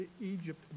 Egypt